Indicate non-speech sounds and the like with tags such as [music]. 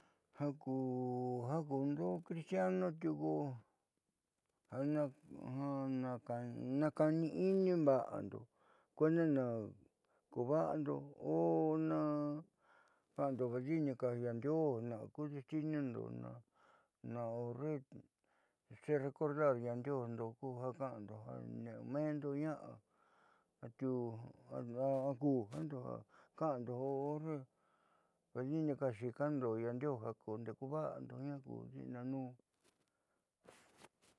Ja kuundo cristiano tiuku ja naakani'ini ya'ando kuenda naakoova'ando o na ka'ando ja arrepentindo nyuuka xede ja daando'ode adi'ide daando'ode parejade, xeekuenda atiuu modificación atiuu miu'u ja tomar familia nyuuka ja dandoña'a no [hesitation] n pareja ja ka'ando atiuu vida néu familia.